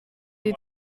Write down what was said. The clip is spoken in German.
die